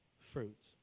fruits